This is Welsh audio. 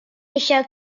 eisiau